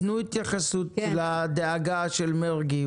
תנו התייחסות לדאגה של מרגי,